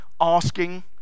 asking